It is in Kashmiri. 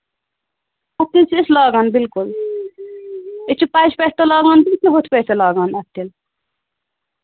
اَتھٕ تِلہٕ چھِ أسۍ لاگان بِلکُل أسۍ چھِ پچہِ پٮ۪ٹھ تہِ لاگان تہٕ ہُتھ پٮ۪ٹھ تہِ لاگان اَتھٕ تِلہٕ